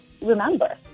remember